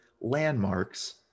landmarks